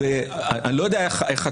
אין לך שום מראה מקום,